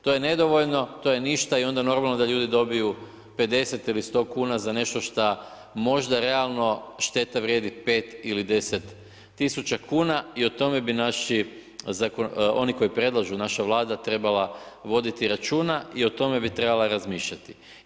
To je nedovoljno, to je ništa i onda normalno da ljudi dobiju 50 ili 100 kuna za nešto šta možda realno šteta vrijedi 5 ili 10 000 kuna i o tome bi naši, oni koji predlažu, naša vlada trebala voditi računa i o tome bi trebala razmišljati.